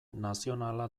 nazionala